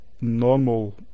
normal